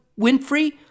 Winfrey